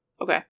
Okay